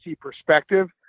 perspective